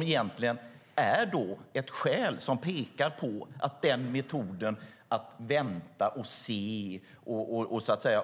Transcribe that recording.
Det är ett skäl som pekar på att metoden att vänta och se och